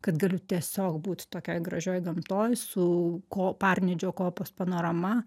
kad galiu tiesiog būt tokioj gražioj gamtoj su ko parnidžio kopos panorama